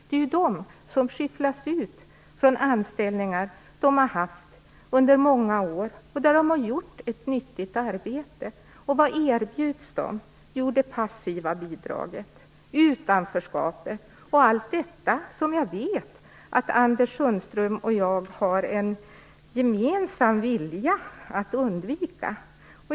Det är ju de som skyfflas ut från anställningar de har haft under många år och där de har gjort ett nyttigt arbete. Vad erbjuds dem? Jo, det passiva bidraget, utanförskapet och allt detta som jag vet att Anders Sundström och jag har en gemensam vilja att undvika.